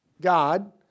God